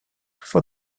for